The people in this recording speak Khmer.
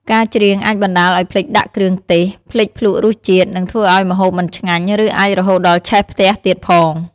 ការច្រៀងអាចបណ្ដាលឱ្យភ្លេចដាក់គ្រឿងទេស ភ្លេចភ្លក្សរសជាតិ និងធ្វើឱ្យម្ហូបមិនឆ្ងាញ់ ឬអាចរហូតដល់ឆេះផ្ទះទៀតផង។